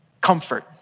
comfort